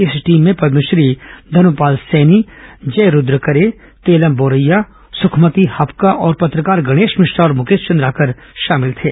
इस टीम में पद्मश्री धर्मपाल सैनी जयरुद्र करे तेलम बौरैया सुखमती हप्का तथा पत्रकार गणेश मिश्रा और मुकेश चंद्राकर शामिल थे